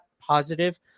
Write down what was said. positive